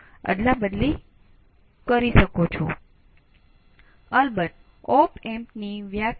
તેથી આપણી પાસે આ બીજો ઓપ એમ્પ છે